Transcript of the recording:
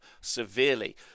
severely